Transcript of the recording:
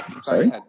sorry